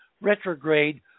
retrograde